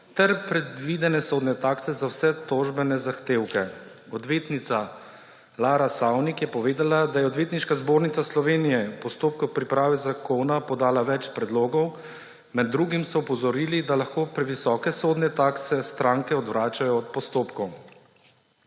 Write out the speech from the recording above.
ter predvidene sodne takse za vse tožbene zahtevke. Odvetnica Lara Savnik je povedala, da je Odvetniška zbornica Slovenije v postopku priprave zakona podala več predlogov. Med drugim so opozorili, da lahko previsoke sodne takse stranke odvračajo od postopkov.